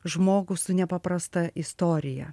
žmogų su nepaprasta istorija